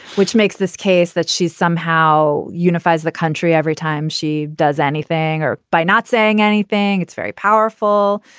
which makes this case that she's somehow unifies the country every time she does anything or by not saying anything it's very powerful,